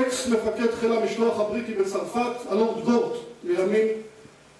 אקס מפקד חיל המשלוח הבריטי בצרפת, הלורד גורט מימין,